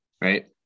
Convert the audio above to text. right